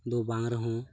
ᱫᱚ ᱵᱟᱝᱨᱮ ᱦᱚᱸ